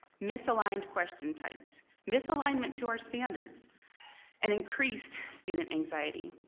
misaligned question types, misalignment to our standards and increased student anxiety.